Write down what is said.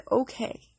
okay